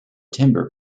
timber